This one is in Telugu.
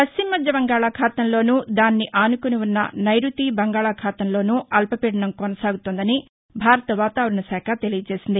పశ్చిమ మధ్య బంగాళాఖాతంలోనూ దాన్ని ఆనుకుని ఉన్న నైరుతి బంగాళాఖాతం లోనూ అల్పపీడనం కొనసాగుతోందని భారత వాతావరణ శాఖ తెలియజేసింది